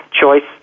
choice